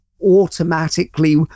automatically